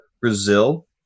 Brazil